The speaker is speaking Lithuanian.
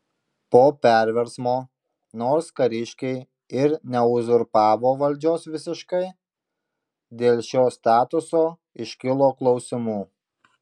po perversmo nors kariškiai ir neuzurpavo valdžios visiškai dėl šio statuso iškilo klausimų